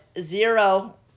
Zero